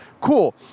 cool